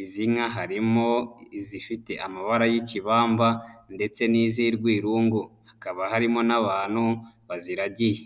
izi nka harimo izifite amabara y'ikibamba ndetse n'iz'urwirungu, hakaba harimo n'abantu baziragiye.